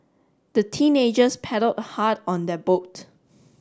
the teenagers paddled hard on their boat